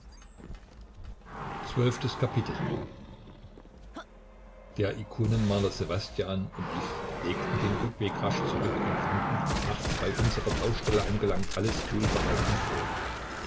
der ikonenmaler ssewastjan und ich legten den rückweg rasch zurück und fanden nachts bei unserer baustelle angelangt alles wohlbehalten vor